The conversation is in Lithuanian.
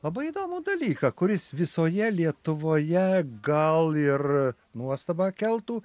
labai įdomų dalyką kuris visoje lietuvoje gal ir nuostabą keltų